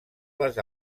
les